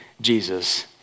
Jesus